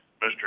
Mr